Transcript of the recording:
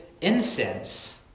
incense